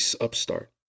upstart